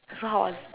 so how was it